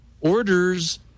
orders